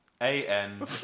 A-N